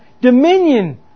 dominion